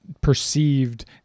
perceived